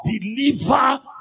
deliver